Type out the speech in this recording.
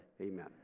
amen